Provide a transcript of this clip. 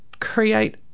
create